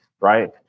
right